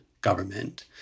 government